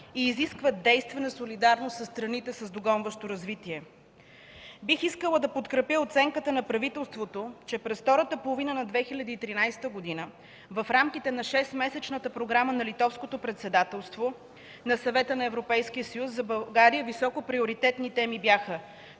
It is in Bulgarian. и изискват действена солидарност със страните с догонващо развитие. Бих искала да подкрепя оценката на правителството, че през втората половина на 2013 г. в рамките на 6-месечната програма на Литовското председателство на Съвета на Европейския съюз за България високо приоритетни теми бяха: